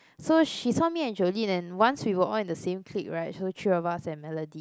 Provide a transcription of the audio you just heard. so she saw me and Jolene and once we were all in the same clique right so three of us and Melody